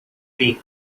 beak